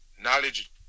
Knowledge